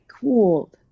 cool